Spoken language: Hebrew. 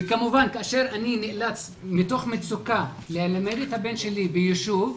וכמובן כאשר אני נאלץ מתוך מצוקה לנייד את הבן שלי ביישוב,